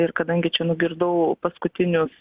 ir kadangi čia nugirdau paskutinius